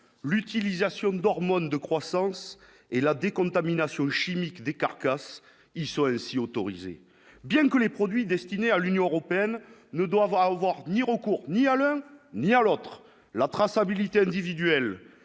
l'utilisation d'hormones de croissance et la décontamination chimique des carcasses, ils sont ainsi autorisés bien que les produits destinés à l'Union européenne ne doit avoir vont revenir au cours ni à Alain ni à l'autre, la traçabilité individuelle